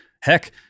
Heck